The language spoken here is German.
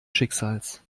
schicksals